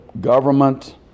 government